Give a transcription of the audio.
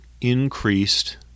increased